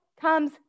comes